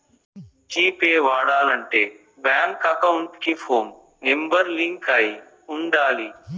G Pay వాడాలంటే bank account కి phone number link అయి ఉండాలి